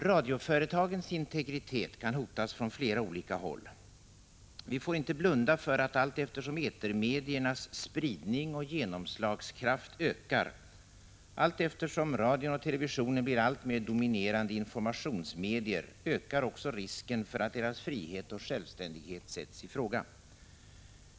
Radioföretagens integritet kan hotas från flera olika håll. Vi får inte blunda för det faktum att allteftersom etermediernas spridning och genom slagskraft ökar, allteftersom radion och televisionen blir alltmer dominerande informationsmedier, ökar också risken för att deras frihet och självständighet sätts i fråga.